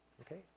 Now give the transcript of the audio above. okay,